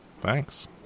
Thanks